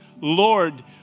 Lord